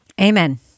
Amen